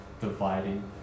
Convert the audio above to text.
dividing